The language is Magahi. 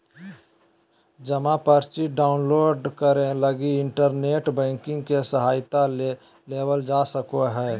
जमा पर्ची डाउनलोड करे लगी इन्टरनेट बैंकिंग के सहायता लेवल जा सको हइ